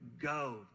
go